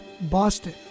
Boston